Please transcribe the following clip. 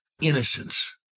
innocence